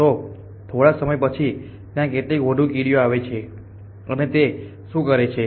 તો થોડા સમય પછી ત્યાં કેટલીક વધુ કીડીઓ આવે છે અને તે શું કરે છે